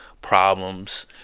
problems